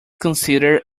considered